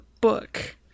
book